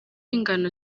ingano